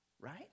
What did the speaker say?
right